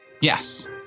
Yes